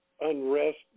unrest